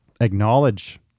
acknowledge